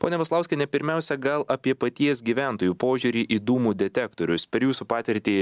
ponia maslauskiene pirmiausia gal apie paties gyventojų požiūrį į dūmų detektorius per jūsų patirtį